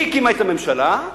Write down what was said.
היא הקימה את הממשלה,